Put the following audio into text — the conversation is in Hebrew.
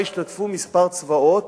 שבה השתתפו כמה צבאות.